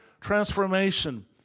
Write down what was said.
transformation